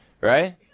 Right